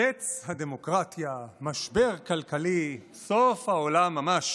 קץ הדמוקרטיה, משבר כלכלי, סוף העולם ממש